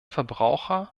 verbraucher